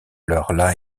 leurs